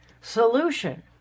solution